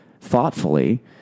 thoughtfully